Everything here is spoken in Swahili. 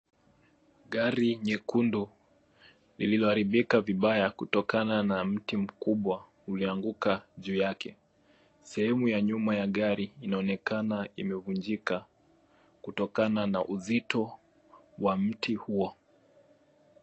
Gari nyekundu lililoharibika vibaya kutokana na mti mkubwa ulioanguka juu yake, sehemu ya nyuma ya gari inaonekana imevunjika kutokana na uzito wa mti huo.